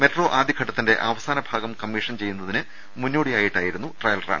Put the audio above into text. metro ആദ്യ ഘട്ടത്തിന്റെ അവസാനഭാഗം കമ്മീഷൻ ചെയ്യുന്നതിന് മുന്നോടിയായിട്ടാ യിരുന്നു ട്രയൽ റൺ